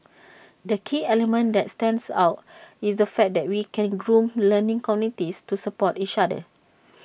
the key element that stands out is the fact that we can groom learning communities to support each other